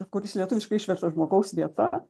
kuris lietuviškai išverstas žmogaus vieta